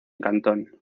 cantón